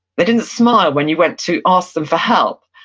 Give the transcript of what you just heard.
they didn't smile when you went to ask them for help.